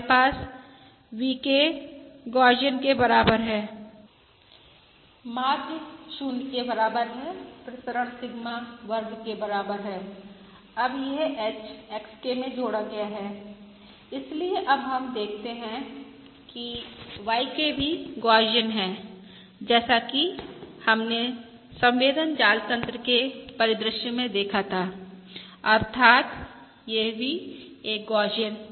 हमारे पास VK Gaussian के बराबर है माध्य 0 के बराबर है प्रसरण सिगमा वर्ग के बराबर है अब यह h XK में जोड़ा गया है इसलिए अब हम देखते हैं कि YK भी गौसियन है जैसा कि हमने संवेदन जाल तन्त्र के परिदृश्य में देखा था अर्थात् यह भी एक गौसियन